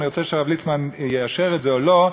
אני רוצה שהרב ליצמן יאשר את זה או לא,